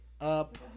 Up